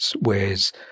whereas